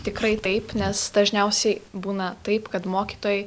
tikrai taip nes dažniausiai būna taip kad mokytojai